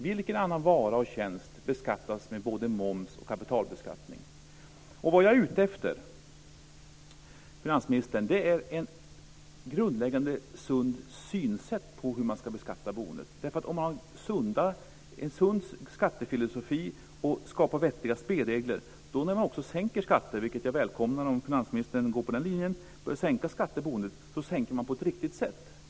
Vilken annan vara och tjänst beskattas med både moms och kapitalbeskattning? Vad jag är ute efter, finansministern, är ett grundläggande sunt synsätt på hur man ska beskatta boendet. Om man har en sund skattefilosofi och skapar vettiga spelregler så kommer man också när man sänker skatter på boendet - vilket jag välkomnar, om finansministern går på den linjen - att sänka på ett riktigt sätt.